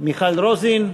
מיכל רוזין,